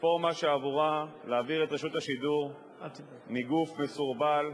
רפורמה שאמורה להעביר את רשות השידור מגוף מסורבל,